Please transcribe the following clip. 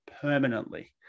permanently